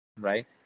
right